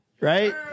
right